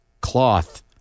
cloth